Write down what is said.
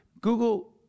Google